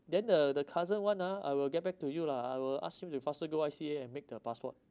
then the the cousin one ah I will get back to you lah I will ask him to faster go I_C_A and make the passport